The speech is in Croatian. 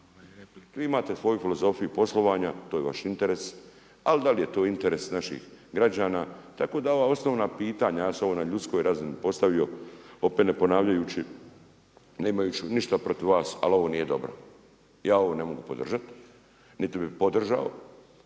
Vi imate svoju filozofiju poslovanja, to je vaš interes, ali da li je to interes naših građana? Tako da ova osnovna pitanja, ja sam ovo na ljudskoj razini postavio, opet ne ponavljajući, nemajući ništa protiv vas, ali ovo nije dobro. Ja ovo ne mogu podržati niti bi podržao